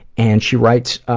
and she writes,